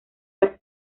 las